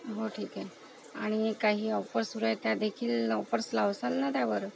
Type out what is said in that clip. हो ठीक आहे आणि काही ऑफर्स सुरू आहेत त्यादेखील ऑफर्स लावसाल ना त्यावर